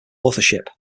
authorship